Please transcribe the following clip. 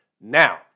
Now